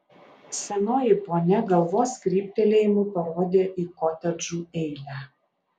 senoji ponia galvos kryptelėjimu parodė į kotedžų eilę